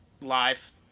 live